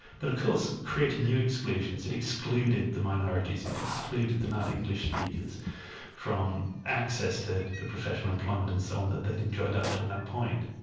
but of course created new exclusions it excluded the minorities, it excluded the non-english speakers from access to to professional employment and so on that they'd enjoyed up till that point.